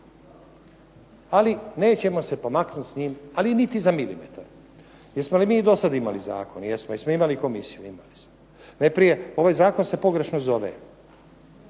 ali nećemo se pomaknuti s njim, ali niti za milimetar. Jesmo li mi do sada imali zakon? Jesmo. Jesmo li imali komisiju? Imali smo. Najprije ovaj zakon se pogrešno zove.